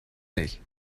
nicht